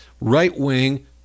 right-wing